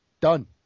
done